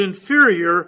inferior